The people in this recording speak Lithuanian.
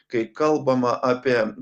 kai kalbama apie